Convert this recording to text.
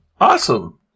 Awesome